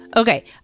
Okay